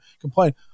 complain